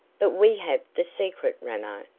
but we have the secret, ramo.